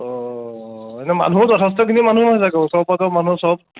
অঁ অঁ মানুহো যথেষ্টখিনি মানুহ হৈ চাগৈ ওচৰৰ পাঁজৰৰ মানুহ চব